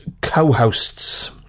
co-hosts